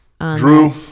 Drew